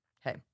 hey